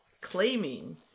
claiming